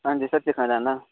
हां जी सर सिक्खना चाह्न्नां